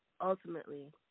ultimately